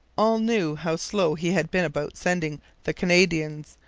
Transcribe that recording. all knew how slow he had been about sending the canadians,